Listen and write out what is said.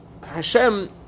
Hashem